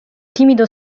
timido